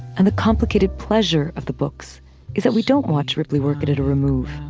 and the complicated pleasure of the books is that we don't watch ripley work at at a remove,